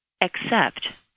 accept